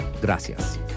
Gracias